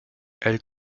elle